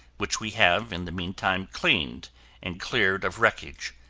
which we have in the meantime cleaned and cleared of wreckage,